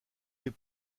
des